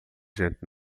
gente